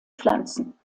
pflanzen